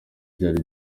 byari